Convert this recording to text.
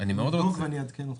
אני אבדוק ואעדכן אותך.